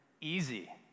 easy